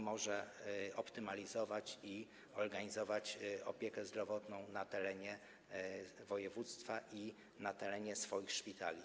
Może optymalizować i organizować opiekę zdrowotną na terenie województwa i swoich szpitali.